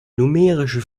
numerische